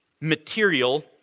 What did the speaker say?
material